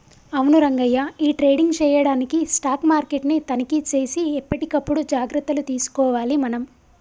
అవును రంగయ్య ఈ ట్రేడింగ్ చేయడానికి స్టాక్ మార్కెట్ ని తనిఖీ సేసి ఎప్పటికప్పుడు జాగ్రత్తలు తీసుకోవాలి మనం